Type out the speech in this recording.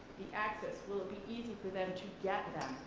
the access will be easy for them to get them,